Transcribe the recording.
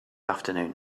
afternoon